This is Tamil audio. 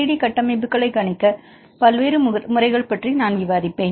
3D கட்டமைப்புகளை கணிக்க பல்வேறு முறைகள் பற்றி நான் விவாதிப்பேன்